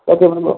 okay madam